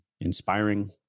inspiring